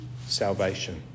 salvation